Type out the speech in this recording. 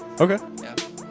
okay